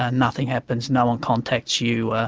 and nothing happens, no-one contacts you.